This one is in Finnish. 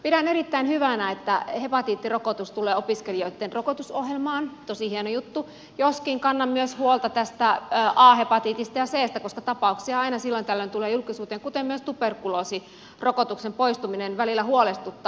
pidän erittäin hyvänä että hepatiittirokotus tulee opiskelijoitten rokotusohjelmaan tosi hieno juttu joskin kannan huolta myös tästä a hepatiitista ja cstä koska tapauksia aina silloin tällöin tulee julkisuuteen kuten myös tuberkuloosirokotuksen poistuminen välillä huolestuttaa